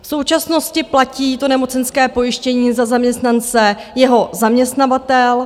V současnosti platí to nemocenské pojištění za zaměstnance jeho zaměstnavatel.